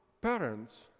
parents